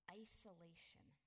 isolation